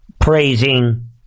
Praising